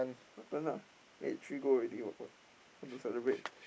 your turn lah eight three goal already [what] what how to celebrate